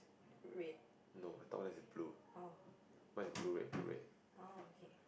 red oh oh okay